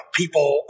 people